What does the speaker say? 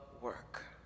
work